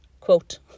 quote